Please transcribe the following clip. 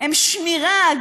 הם שמירה,